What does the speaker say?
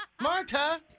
Marta